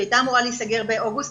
שהייתה אמורה להיסגר באוגוסט.